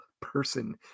person